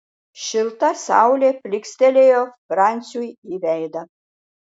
šilta saulė plykstelėjo franciui į veidą